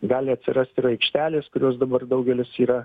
gali atsirast ir aikštelės kurios dabar daugelis yra